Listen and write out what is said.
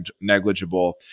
negligible